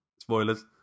spoilers